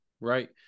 right